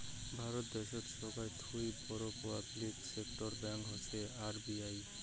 ভারত দ্যাশোতের সোগায় থুই বড় পাবলিক সেক্টর ব্যাঙ্ক হসে আর.বি.এই